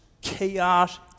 chaos